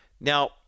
Now